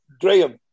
Graham